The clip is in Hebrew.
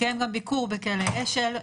התקיים גם ביקור בכלא אשל,